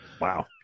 Wow